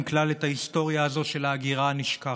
כלל את ההיסטוריה הזו של ההגירה הנשכחת.